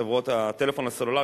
חברות הטלפון הסלולרי,